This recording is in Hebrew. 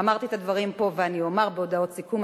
אמרתי את הדברים פה ואני אומר בהודעות סיכום,